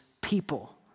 people